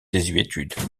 désuétude